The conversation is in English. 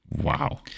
Wow